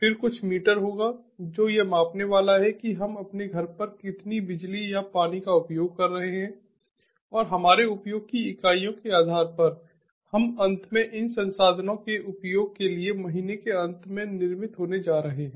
फिर कुछ मीटर होगा जो यह मापने वाला है कि हम अपने घर पर कितनी बिजली या पानी का उपयोग कर रहे हैं और हमारे उपयोग की इकाइयों के आधार पर हम अंत में इन संसाधनों के उपयोग के लिए महीने के अंत में निर्मित होने जा रहे हैं